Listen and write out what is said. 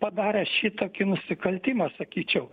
padarė šitokį nusikaltimą sakyčiau